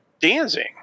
dancing